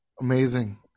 Amazing